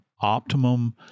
optimum